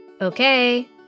Okay